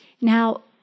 Now